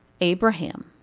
Abraham